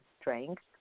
strength